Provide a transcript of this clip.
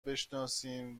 بشناسیم